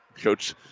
Coach